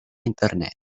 internet